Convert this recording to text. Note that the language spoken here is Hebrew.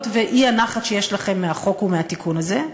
והאי-נחת שיש לכם מהחוק ומהתיקון הזה.